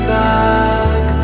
back